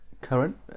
Current